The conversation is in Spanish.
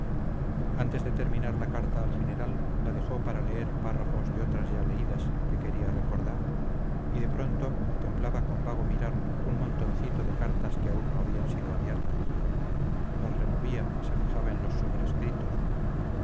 antes de terminar la carta al general la dejó para leer párrafos de otras ya leídas que quería recordar y de pronto contemplaba con vago mirar un montoncito de cartas que aún no habían sido abiertas las removía se fijaba en los sobrescritos